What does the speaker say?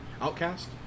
Outcast